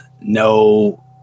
no